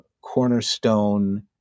cornerstone